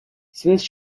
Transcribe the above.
since